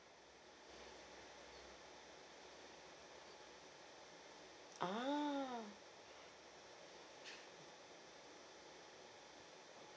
ah